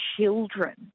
children